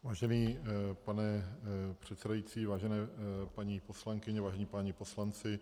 Vážený pane předsedající, vážené paní poslankyně, vážení páni poslanci.